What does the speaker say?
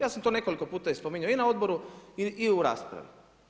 Ja sam to nekoliko puta i spominjao i na odboru i u raspravi.